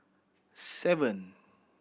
seven